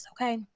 okay